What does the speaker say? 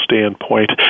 standpoint